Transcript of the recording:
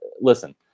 listen